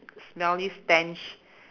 smelly stench